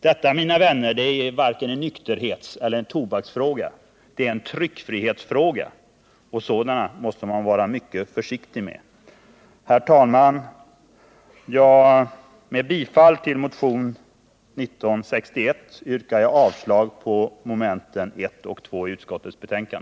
Detta, mina vänner, är varken en nykterhetseller tobaksfråga — det är en tryckfrihetsfråga, och sådana måste man vara mycket försiktig med. Herr talman! Jag yrkar bifall till motionen 1961 och avslag på punkterna 1 och 2 i utskottets hemställan.